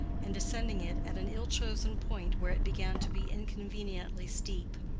and descending it at an ill-chosen point where it began to be inconveniently steep.